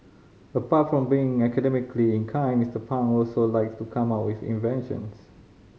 apart from being academically inclined Mister Pang also likes to come up with inventions